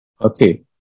Okay